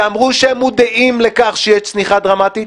שאמרו שהם מודעים לכך שיש צניחה דרמטית,